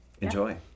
enjoy